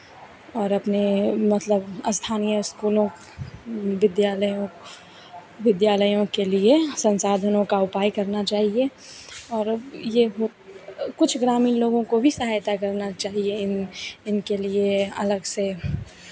और अपने मतलब स्थानीय इस्कूलों विद्यालयों विद्यालयों के लिए संसाधनों का उपाय करना चाहिए और ये कुछ ग्रामीण लोगों को भी सहायता करना चाहिए इन इनके लिए अलग से